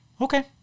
Okay